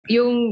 Yung